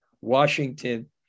Washington